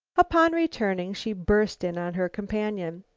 upon returning she burst in on her companion.